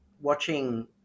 Watching